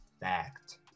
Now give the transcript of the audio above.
fact